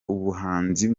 ubuhanzi